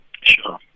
Sure